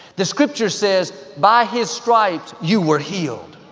the scripture says by his stripes you were healed.